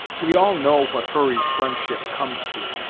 we all know what hurry's friendship comes to!